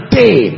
day